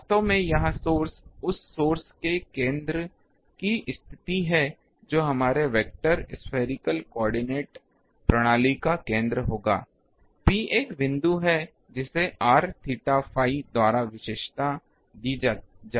वास्तव में यह सोर्स उस सोर्स के केंद्र की स्थिति है जो हमारे वेक्टर स्फेरिकल कोआर्डिनेट प्रणाली का केंद्र होगा P एक बिंदु है जिसे r theta phi द्वारा विशेषता दी जाएगी